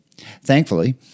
Thankfully